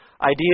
idea